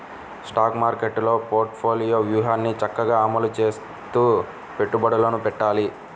stock మార్కెట్టులో portfolio వ్యూహాన్ని చక్కగా అమలు చేస్తూ పెట్టుబడులను పెట్టాలి